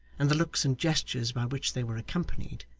and the looks and gestures by which they were accompanied,